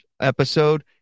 episode